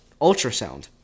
Ultrasound